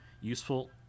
useful